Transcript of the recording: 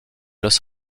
los